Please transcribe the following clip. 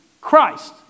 Christ